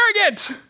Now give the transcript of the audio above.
arrogant